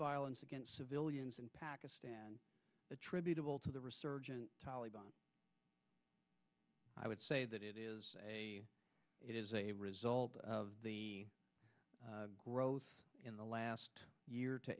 violence against civilians in pakistan attributable to the resurgent taliban i would say that it is it is a result of the growth in the last year to